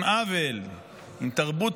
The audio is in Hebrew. עם עוול, עם תרבות